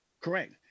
Correct